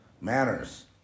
manners